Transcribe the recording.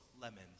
lemons